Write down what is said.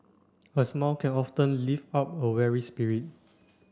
a smile can often lift up a weary spirit